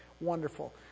Wonderful